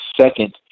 second